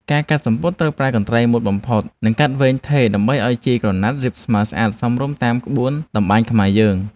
ការកាត់សំពត់ត្រូវប្រើកន្ត្រៃមុតបំផុត និង កាត់ឱ្យវែងថេរដើម្បីឱ្យជាយក្រណាត់រាបស្មើស្អាតសមរម្យតាមក្បួនតម្បាញខ្មែរយើង។